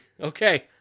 Okay